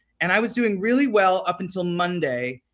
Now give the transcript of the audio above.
and i was doing really well up until monday,